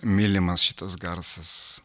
mylimas šitas garsas